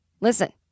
Listen